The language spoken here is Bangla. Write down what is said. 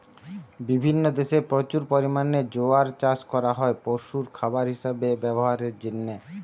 বিভিন্ন দেশে প্রচুর পরিমাণে জোয়ার চাষ করা হয় পশুর খাবার হিসাবে ব্যভারের জিনে